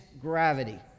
gravity